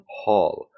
hall